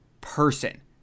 person